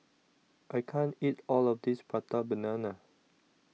I can't eat All of This Prata Banana